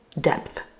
depth